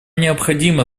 необходимо